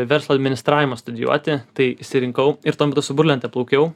verslo administravimą studijuoti tai išsirinkau ir tuo metu su burlente plaukiau